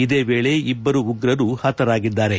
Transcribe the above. ಇದೇ ವೇಳೆ ಇಬ್ಬರು ಉಗ್ರರು ಹತರಾಗಿದ್ದಾರೆ